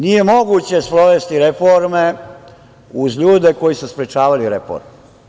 Nije moguće sprovesti reforme uz ljude koji su sprečavali reforme.